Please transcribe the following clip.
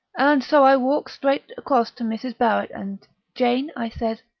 and so i walks straight across to mrs. barrett, and jane, i says,